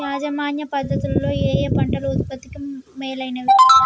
యాజమాన్య పద్ధతు లలో ఏయే పంటలు ఉత్పత్తికి మేలైనవి?